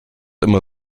immer